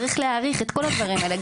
צריך להאריך את כל הדברים האלה.